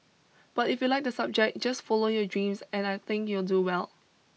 but if you like the subject just follow your dreams and I think you'll do well